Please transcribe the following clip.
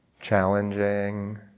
challenging